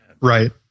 Right